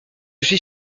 suis